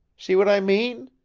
see what i mean?